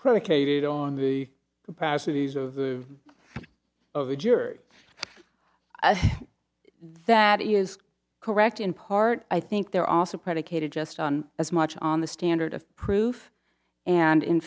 predicated on the capacities of the of the jury that is correct in part i think they're also predicated just on as much on the standard of proof and in